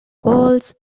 goals